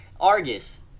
Argus